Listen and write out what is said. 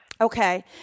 Okay